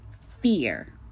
fear